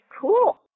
cool